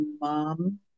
mom